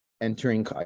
entering